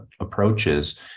approaches